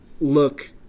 look